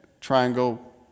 triangle